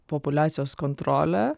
populiacijos kontrolė